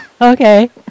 Okay